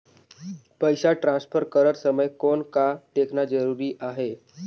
पइसा ट्रांसफर करत समय कौन का देखना ज़रूरी आहे?